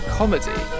comedy